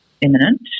imminent